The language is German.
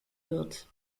wird